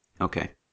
Okay